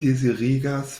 deziregas